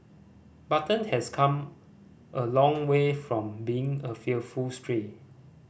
button has come a long way from being a fearful stray